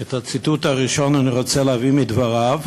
כי את הציטוט הראשון אני רוצה להביא מדבריו,